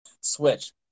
Switch